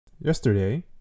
Yesterday